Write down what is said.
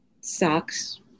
socks